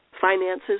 Finances